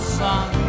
sun